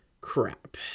Crap